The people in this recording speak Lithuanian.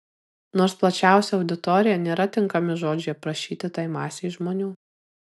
nors plačiausia auditorija nėra tinkami žodžiai aprašyti tai masei žmonių